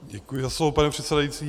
Děkuji za slovo, pane předsedající.